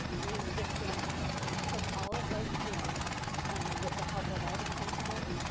we disbanded that. we took all of those students and with the help of all the principals,